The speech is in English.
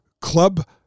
club